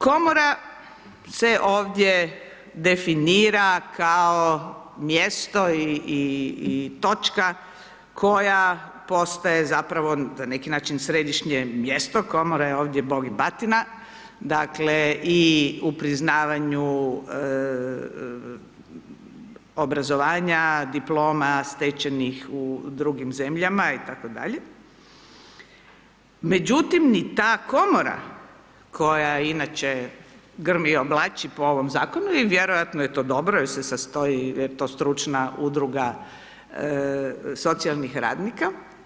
Komora se ovdje definira kao mjesto i točka koja postaje zapravo na neki način središnje mjesto, Komora je ovdje Bog i batina, dakle, i u priznavanju obrazovanja, diploma stečenih u drugim zemljama itd., međutim, ni ta Komora koja inače grmi i oblači po ovom Zakonu i vjerojatno je to dobro jer se sastoji, jer je to stručna Udruga socijalnih radnika.